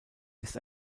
ist